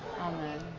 Amen